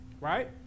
right